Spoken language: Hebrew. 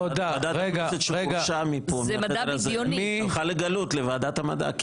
ועדת הכנסת שגורשה מפה מהחדר הזה הלכה לגלות לוועדת המדע,